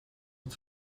het